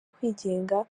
kwigenga